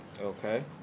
Okay